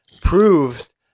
proved